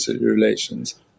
relations